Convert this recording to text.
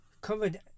covered